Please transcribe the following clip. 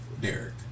Derek